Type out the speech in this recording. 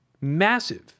massive